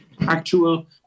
actual